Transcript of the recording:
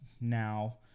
now